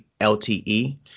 LTE